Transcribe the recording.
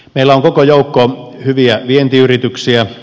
meillä on koko joukko hyviä vientiyrityksiä